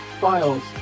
files